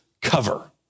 cover